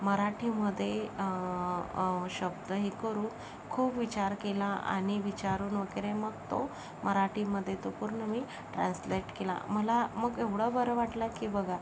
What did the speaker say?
मराठीमध्ये शब्द हे करून खूप विचार केला आणि विचारून वगैरे मग तो मराठीमध्ये तो पूर्ण मी ट्रान्सलेट केला मला मग एवढं बरं वाटलं की बघा